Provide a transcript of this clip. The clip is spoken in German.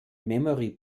memory